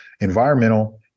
environmental